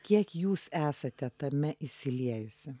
kiek jūs esate tame įsiliejusi